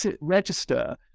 register